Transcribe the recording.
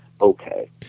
okay